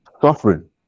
suffering